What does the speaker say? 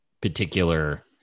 particular